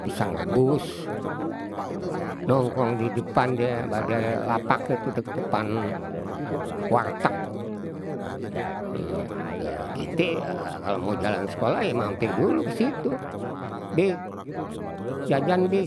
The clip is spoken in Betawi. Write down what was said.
Pisang rebus nongkong di depan die, pade lapak itu di depan warteg. kite ya kalau mau jalan sekolah ye mampir dulu ke situ. Bi, jajan bi,